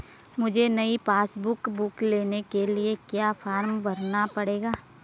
मुझे नयी passbook book लेने के लिए क्या फार्म भरना पड़ेगा?